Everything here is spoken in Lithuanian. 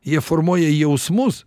jie formuoja jausmus